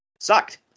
Sucked